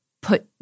put